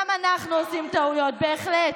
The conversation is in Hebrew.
גם אנחנו עושים טעויות, בהחלט,